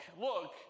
look